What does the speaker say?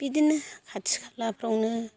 बिदिनो खाथि खालाफ्रावनो